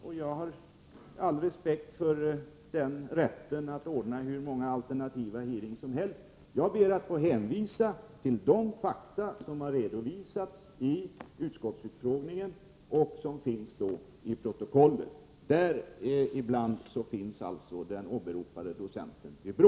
Och jag har all respekt för rätten att ordna hur många alternativa hearings som helst. Jag ber att få hänvisa till de fakta som har redovisats i utskottsutfrågningen och som intagits i protokollet. Däribland återfinns alltså den åberopade docenten vid BRÅ.